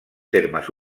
termes